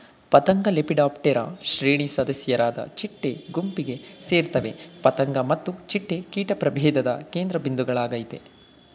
ಪತಂಗಲೆಪಿಡಾಪ್ಟೆರಾ ಶ್ರೇಣಿ ಸದಸ್ಯರಾದ ಚಿಟ್ಟೆ ಗುಂಪಿಗೆ ಸೇರ್ತವೆ ಪತಂಗ ಮತ್ತು ಚಿಟ್ಟೆ ಕೀಟ ಪ್ರಭೇಧದ ಕೇಂದ್ರಬಿಂದುಗಳಾಗಯ್ತೆ